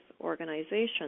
organizations